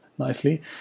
nicely